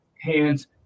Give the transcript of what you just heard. hands